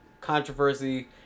controversy